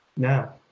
Now